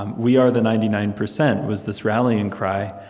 um we are the ninety nine percent was this rallying cry,